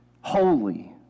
holy